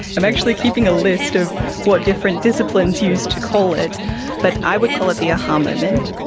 i'm actually keeping a list of what different disciplines used to call it but i would call it the a-ha um moment.